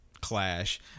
clash